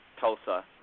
Tulsa